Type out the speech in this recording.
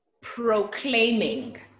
proclaiming